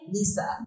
Lisa